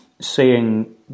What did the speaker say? seeing